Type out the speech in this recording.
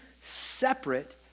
separate